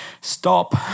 stop